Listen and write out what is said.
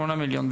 8 מיליון.